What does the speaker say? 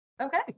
Okay